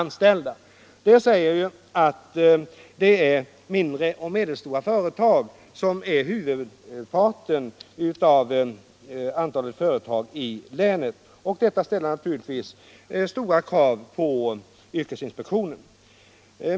Huvudparten av företagen i länet tillhör alltså kategorin mindre och medelstora, och detta ställer naturligtvis stora krav på yrkesinspektionen.